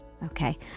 Okay